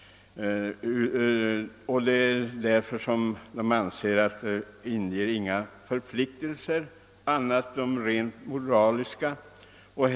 Skribenten anser därför att sådant samarbete inte medför andra förpliktelser än av rent moraliskt slag.